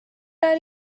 are